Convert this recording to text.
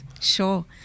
sure